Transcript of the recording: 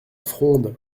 fronde